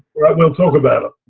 we'll talk about it.